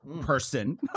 person